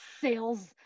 sales